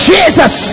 Jesus